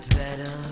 better